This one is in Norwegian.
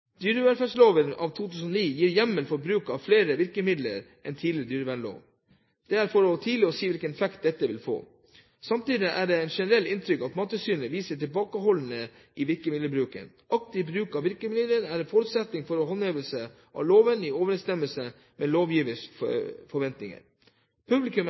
Dyrevelferdsloven av 2009 gir hjemmel for bruk av flere virkemidler enn tidligere dyrevernslov. Det er for tidlig å si hvilken effekt dette vil få. Samtidig er det et generelt inntrykk at Mattilsynet viser tilbakeholdenhet i virkemiddelbruken. Aktiv bruk av virkemidlene er en forutsetning for håndhevelse av loven i overensstemmelse med lovgivers forventninger. Publikum